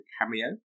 Cameo